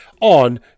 on